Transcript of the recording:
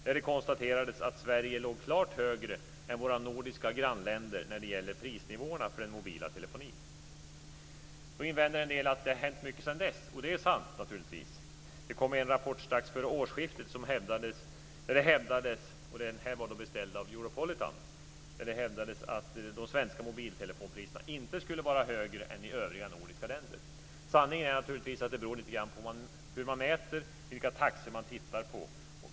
Där konstaterades det att Sverige låg klart högre än våra nordiska grannländer när det gäller prisnivåerna för den mobila telefonin. Nu invänder en del och säger att det har hänt mycket sedan dess. Det är naturligtvis sant. Det kom en rapport, som var beställd av Europolitan, strax före årsskiftet där det hävdades att de svenska mobiltelefonpriserna inte var högre än priserna i övriga nordiska länder. Sanningen är naturligtvis att det beror lite grann på hur man mäter och vilka taxor man tittar på.